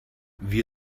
wir